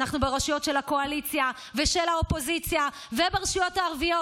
אנחנו ברשויות של הקואליציה ושל האופוזיציה וברשויות הערביות.